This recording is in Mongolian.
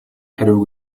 хариу